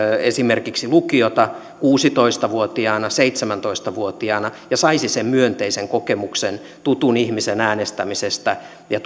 esimerkiksi lukiota kuusitoista vuotiaana seitsemäntoista vuotiaana ja saisi sen myönteisen kokemuksen tutun ihmisen äänestämisestä ja